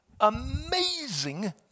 amazing